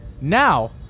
now